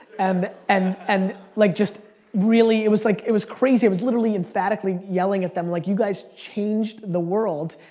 and and and like just really, it was like it was crazy. i was literally emphatically yelling at them, like you guys changed the world,